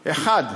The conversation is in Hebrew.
האחת,